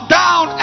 down